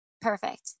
Perfect